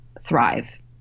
thrive